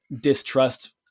distrust